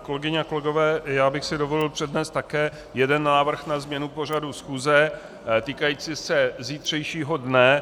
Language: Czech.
Kolegyně a kolegové, dovolil bych si přednést také jeden návrh na změnu pořadu schůze týkající se zítřejšího dne.